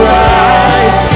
rise